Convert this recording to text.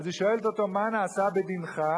והיא שואלת אותו: מה נעשה בדינך?